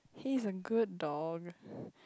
he's a good dog